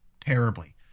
terribly